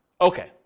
Okay